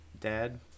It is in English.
Dad